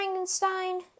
Frankenstein